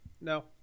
no